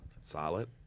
Solid